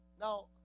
Now